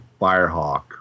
firehawk